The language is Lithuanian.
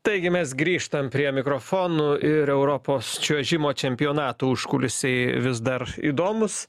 taigi mes grįžtam prie mikrofonų ir europos čiuožimo čempionato užkulisiai vis dar įdomūs